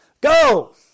Go